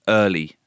early